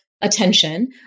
attention